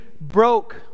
broke